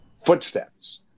Footsteps